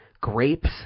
grapes